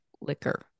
liquor